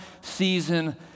season